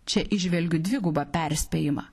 čia įžvelgiu dvigubą perspėjimą